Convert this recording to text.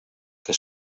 que